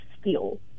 steel